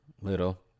little